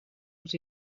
els